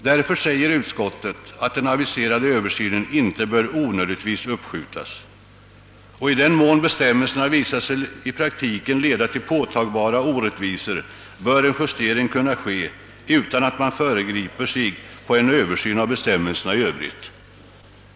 Utskottet anser därför, att den aviserade översynen inte onödigtvis bör uppskjutas och att, i den mån bestämmelserna i praktiken visat sig leda till påtagliga orättvisor, en justering bör kunna ske, utan att man föregriper en översyn av bestämmelserna i övrigt.